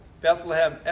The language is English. Bethlehem